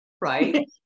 right